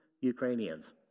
Ukrainians